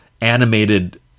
animated